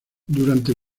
durante